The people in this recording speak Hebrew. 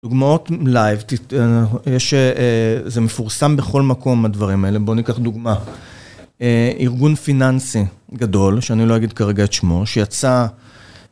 דוגמאות לייב, יש, זה מפורסם בכל מקום הדברים האלה, בוא ניקח דוגמא. ארגון פיננסי גדול, שאני לא אגיד כרגע את שמו, שיצא...